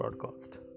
broadcast